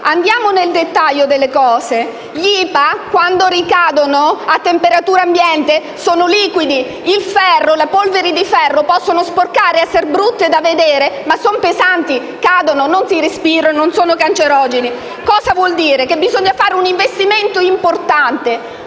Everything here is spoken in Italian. andiamo nel dettaglio delle questioni: quando gli IPA ricadono, a temperatura ambiente, sono liquidi; le polveri di ferro possono sporcare ed essere brutte da vedere, ma sono pesanti, cadono, non si respirano e non sono cancerogene. Cosa vuol dire? Che bisogna fare un investimento importante,